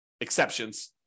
exceptions